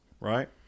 right